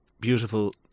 beautiful